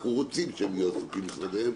אנחנו רוצים שהם יהיו עסוקים במשרדיהם.